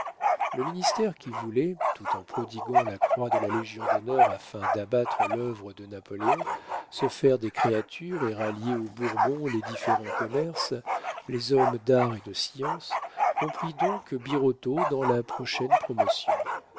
le ministère qui voulait tout en prodiguant la croix de la légion-d'honneur afin d'abattre l'œuvre de napoléon se faire des créatures et rallier aux bourbons les différents commerces les hommes d'art et de science comprit donc birotteau dans la prochaine promotion